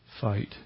fight